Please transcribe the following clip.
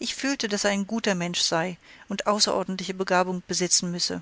ich fühlte daß er ein guter mensch sei und außerordentliche begabung besitzen müsse